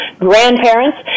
grandparents